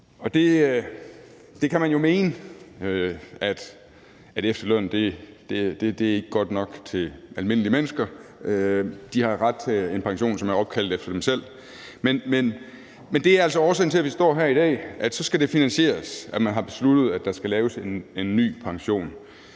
ham. Man kan jo mene, at efterlønnen ikke er god nok til almindelige mennesker, og at de har ret til en pension, der er opkaldt efter dem selv. Men det er altså årsagen til, at vi står her i dag, nemlig at det så skal finansieres, at man har besluttet, at der skal laves en ny pension